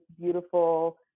beautiful